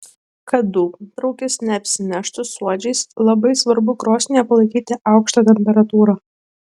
kad dūmtraukis neapsineštų suodžiais labai svarbu krosnyje palaikyti aukštą temperatūrą